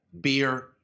Beer